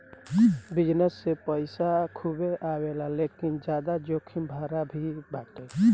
business से पईसा खूबे आवेला लेकिन ज्यादा जोखिम भरा भी बाटे